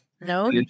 No